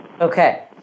Okay